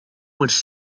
was